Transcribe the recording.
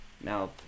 now